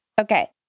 Okay